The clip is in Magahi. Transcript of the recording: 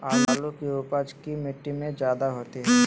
आलु की उपज की मिट्टी में जायदा होती है?